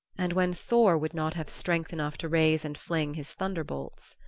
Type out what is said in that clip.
and when thor would not have strength enough to raise and fling his thunderbolts.